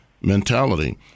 mentality